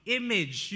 image